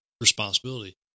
responsibility